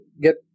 get